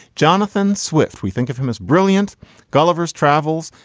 jonathan swift, we think of him as brilliant gulliver's travels,